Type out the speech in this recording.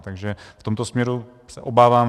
Takže v tomto směru se obávám.